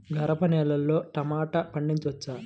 గరపనేలలో టమాటా పండించవచ్చా?